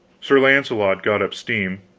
sir launcelot got up steam,